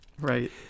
Right